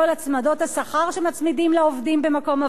שמצמידים לעובדים במקום עבודה מסודר.